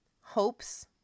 hopes